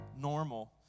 normal